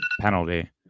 penalty